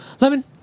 Lemon